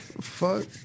Fuck